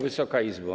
Wysoka Izbo!